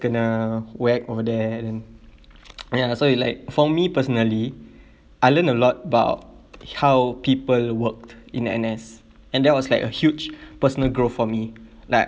kena whack over there then ya so it like for me personally I learned a lot about how people work in N_S and that was like a huge personal growth for me like